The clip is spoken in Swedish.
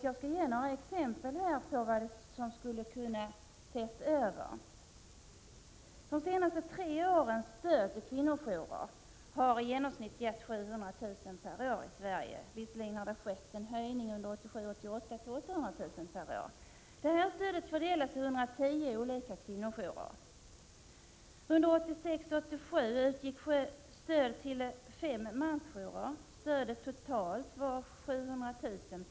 Jag skall ge några exempel på vad som skulle kunna ses över. De senaste tre årens stöd till kvinnojourer har i genomsnitt uppgått till 700 000 kr. per år. Visserligen blev det under 1987 87 utgick det stöd till fem mansjourer. Stödet uppgick till totalt 700 000 kr.